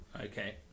Okay